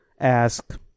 ask